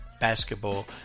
basketball